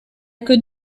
could